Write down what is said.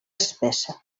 espessa